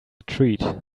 treat